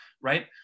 right